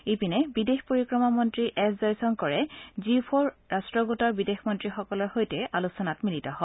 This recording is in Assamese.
ইপিনে বিদেশ পৰিক্ৰমা মন্ত্ৰী এছ জয়শংকৰে জি ফ'ৰ ৰাষ্ট্ৰগোটৰ বিদেশমন্ত্ৰীসকলৰ সৈতে আলোচনাত মিলিত হয়